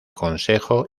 consejo